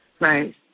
Right